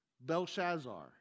Belshazzar